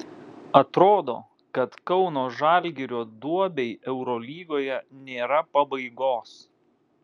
atrodo kad kauno žalgirio duobei eurolygoje nėra pabaigos